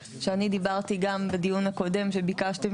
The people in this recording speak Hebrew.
שאני דיברתי גם בדיון הקודם כשביקשתם